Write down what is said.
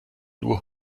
nur